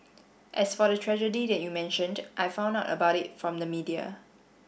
as for the tragedy that you mentioned I found out about it from the media